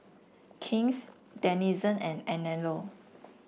King's Denizen and Anello